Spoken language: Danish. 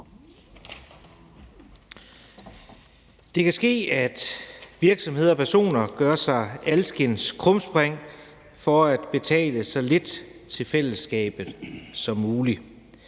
Det kan ske, at virksomheder og personer gør sig alskens krumspring for at betale så lidt til fællesskabet som muligt.